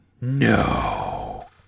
no